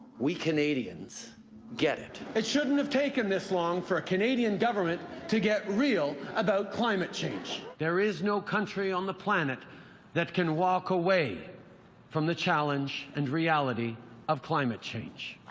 we canadians get it. it shouldn't have taken this long for a canadian government to get real about climate change. there is no country on the planet that can walk away from the challenge and reality of climate change.